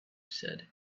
said